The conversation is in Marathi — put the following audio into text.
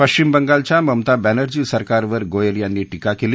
पश्चिम बंगालच्या ममता बनर्जी सरकारवर गोयल यांनी टीका केली